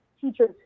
teachers